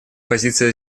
позиция